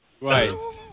Right